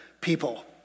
people